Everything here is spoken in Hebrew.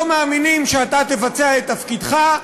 לא מאמינים שאתה תבצע את תפקידך,